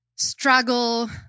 struggle